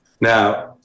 Now